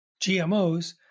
GMOs